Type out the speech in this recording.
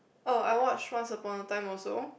oh I watch once upon a time also